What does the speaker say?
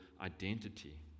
identity